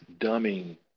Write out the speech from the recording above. dumbing